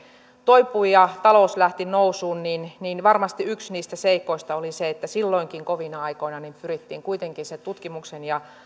toipui ja talous lähti nousuun niin niin varmasti yksi niistä seikoista oli se että silloinkin kovina aikoina pyrittiin kuitenkin sen tutkimuksen ja